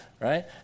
right